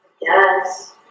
Yes